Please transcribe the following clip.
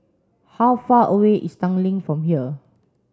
how far away is Tanglin from here